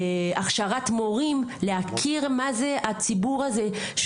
הכשרת מורים להכיר מה זה הציבור הזה,